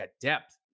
depth